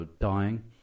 dying